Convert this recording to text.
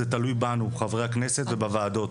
זה תלוי בנו חברי הכנסת ובוועדות,